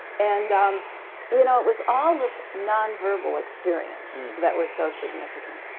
and um you know it was all this nonverbal experience that was so significant.